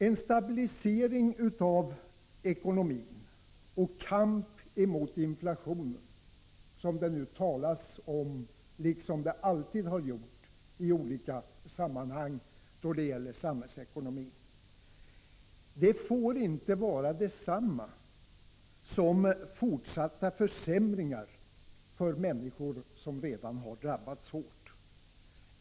En stabilisering av ekonomin och kamp mot inflationen — som det nu talas om, och som man alltid har talat om i olika sammanhang då det gäller samhällsekonomin — får inte vara detsamma som fortsatta försämringar för människor som redan har drabbats hårt.